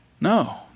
No